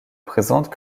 présente